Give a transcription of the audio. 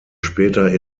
später